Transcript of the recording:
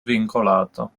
svincolato